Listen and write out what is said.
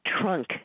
trunk